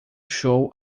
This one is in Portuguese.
show